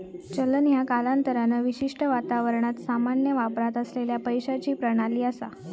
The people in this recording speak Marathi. चलन ह्या कालांतरान विशिष्ट वातावरणात सामान्य वापरात असलेला पैशाची प्रणाली असा